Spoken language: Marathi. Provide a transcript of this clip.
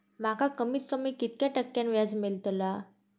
माका कमीत कमी कितक्या टक्क्यान व्याज मेलतला?